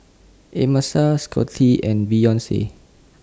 Amasa Scottie and Beyonce